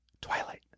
Twilight